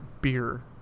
beer